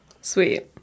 Sweet